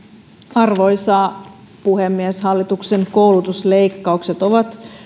arvoisa puhemies hallituksen koulutusleikkaukset ovat